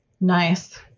Nice